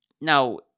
now